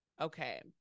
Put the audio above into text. Okay